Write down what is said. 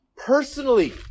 personally